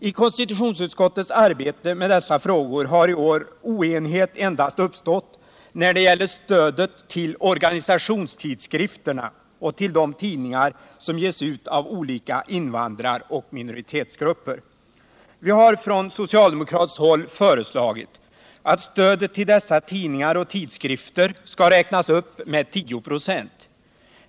I konstitutionsutskottets arbete med dessa frågor har i år oenighet endast uppstått när det gäller stödet till organisationstidskrifterna och till de tidningar som ges ut av olika invandraroch minoritetsgrupper. Vi har från socialdemokratiskt håll föreslagit att stödet till dessa tidningar och tidskrifter skall räknas upp med 10 96.